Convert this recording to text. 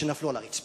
שנפלו על הרצפה.